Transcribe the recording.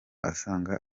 asanga